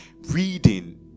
reading